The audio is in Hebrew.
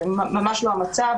זה ממש לא המצב,